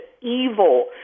evil